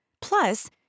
Plus